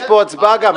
יש פה הצבעה גם.